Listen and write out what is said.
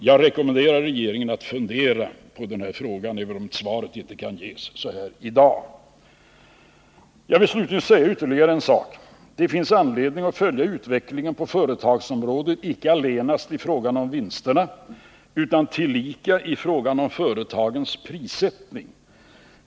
Jag rekommenderar regeringen att fundera på frågan, även om svaret inte kan ges i dag. Slutligen vill jag säga ytterligare en sak. Det finns anledning att följa utvecklingen på företagsområdet icke allenast i fråga om vinsterna utan tillika i fråga om företagens prissättning.